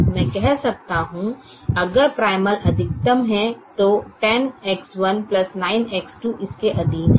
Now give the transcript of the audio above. मैं कह सकता हूँ कि अगर प्राइमल अधिकतम है तो 10 X1 9 X2 इस के अधीन है